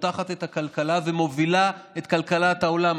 פותחת את הכלכלה ומובילה את כלכלת העולם.